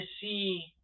see